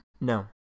No